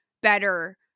better